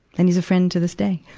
and he's a friend to this day.